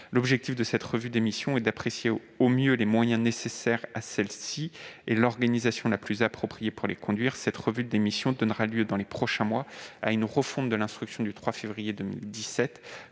L'objectif de cette revue des missions est d'apprécier au mieux les moyens nécessaires à celles-ci et l'organisation la plus appropriée pour les conduire. Cette revue donnera lieu, dans les prochains mois, à une refonte de l'instruction du 3 février 2017,